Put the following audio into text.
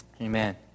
Amen